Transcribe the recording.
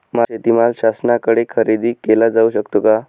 माझा शेतीमाल शासनाकडे खरेदी केला जाऊ शकतो का?